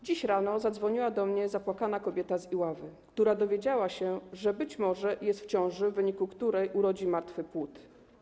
Dziś rano zadzwoniła do mnie zapłakana kobieta z Iławy, która dowiedziała się, że być może jest w ciąży, w wyniku której urodzi martwy płód.